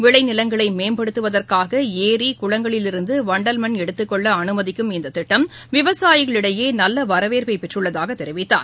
விளை நிலங்களை மேம்படுத்துவதற்காக ஏரி குளங்களிலிருந்து வண்டல் மண் எடுத்துக் கொள்ள அனுமதிக்கும் இந்தத் திட்டம் விவசாயிகளிடையே நல்ல வரவேற்பைப் பெற்றுள்ளதாகத் தெரிவித்தார்